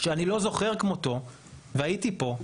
שאני לא זוכר כמותו והייתי פה,